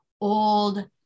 old